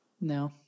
No